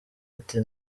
ati